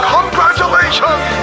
Congratulations